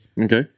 Okay